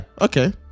Okay